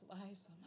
lies